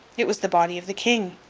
it was the body of the king.